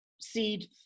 seed